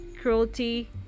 cruelty